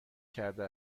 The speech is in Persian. کرده